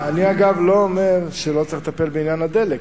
אני, אגב, לא אומר שלא צריך לטפל בעניין הדלק.